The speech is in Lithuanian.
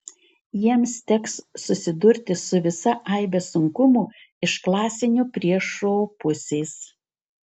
jiems teks susidurti su visa aibe sunkumų iš klasinio priešo pusės